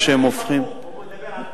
זה תהליך הפוך.